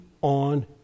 on